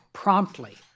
promptly